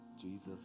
Jesus